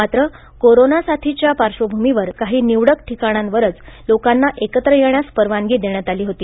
मात्र कोरोना साथीच्या पार्श्वभूमीवर काही निवडक ठिकाणांवरच लोकांना एकत्र येण्यास परवानगी देण्यात आली होती